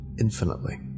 infinitely